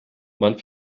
man